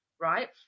right